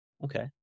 Okay